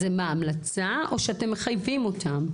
אז זה המלצה או שאתם מחייבים אותם?